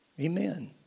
Amen